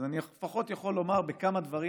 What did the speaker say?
אז אני יכול לפחות לומר שבכמה דברים